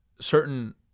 certain